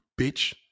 bitch